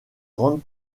grande